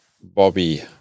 Bobby